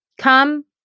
come